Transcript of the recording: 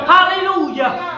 Hallelujah